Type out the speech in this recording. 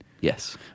Yes